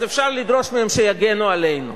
אז אפשר לדרוש מהם שיגנו עלינו.